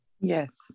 Yes